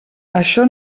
això